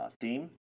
theme